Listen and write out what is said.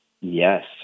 Yes